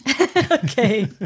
Okay